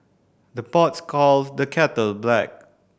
the pots calls the kettle black